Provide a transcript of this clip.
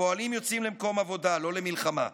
הפועלים יוצאים למקום עבודה, לא למלחמה.